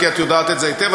כי את יודעת את זה היטב,